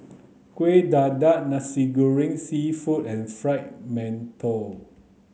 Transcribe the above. Kueh Dadar Nasi Goreng Seafood and Fried Mantou